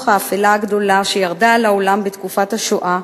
האפלה הגדולה שירדה על העולם בתקופת השואה,